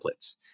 templates